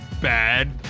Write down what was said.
Bad